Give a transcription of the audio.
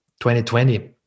2020